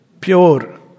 pure